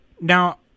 Now